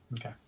okay